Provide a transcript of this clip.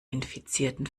infizierten